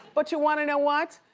but you wanna know what?